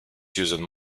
susan